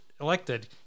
elected